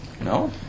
No